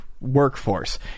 workforce